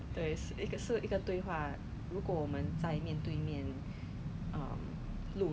then 很多 businesses 都被 affected 到 like you know 那个 Sasa 也是 closed down